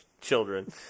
children